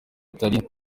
atari